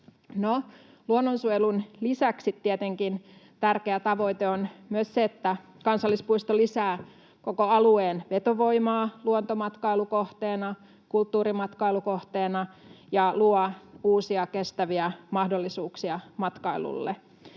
luonnonsuojelun lisäksi tärkeä tavoite on tietenkin myös se, että kansallispuisto lisää koko alueen vetovoimaa luontomatkailukohteena ja kulttuurimatkailukohteena ja luo uusia, kestäviä mahdollisuuksia matkailulle.